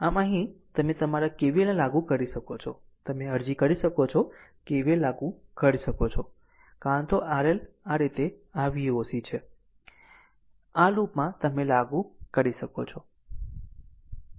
આમ અહીં તમે તમારા KVLને લાગુ કરી શકો છો તમે અરજી કરી શકો છો KVL લાગુ કરી શકો છો કાં તો RL આ રીતે આ Voc છે આ લૂપમાં તમે લાગુ કરી શકો છો